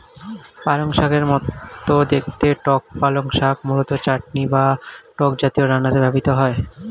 পালংশাকের মতো দেখতে টক পালং শাক মূলত চাটনি বা টক জাতীয় রান্নাতে ব্যবহৃত হয়